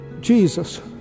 Jesus